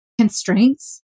constraints